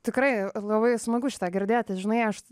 tikrai labai smagu šitą girdėti žinai aš